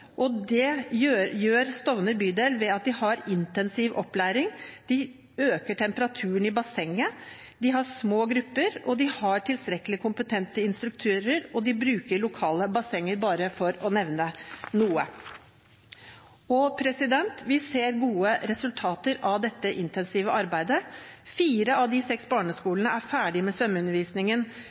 Det gjør Stovner bydel ved at de har intensiv opplæring, de øker temperaturen i bassenget, de har små grupper, de har tilstrekkelig kompetente instruktører, og de bruker lokale bassenger – bare for å nevne noe. Vi ser gode resultater av dette intensive arbeidet. Fire av de seks barneskolene var ferdig med